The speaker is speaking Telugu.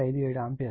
57 ఆంపియర్